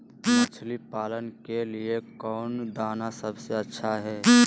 मछली पालन के लिए कौन दाना सबसे अच्छा है?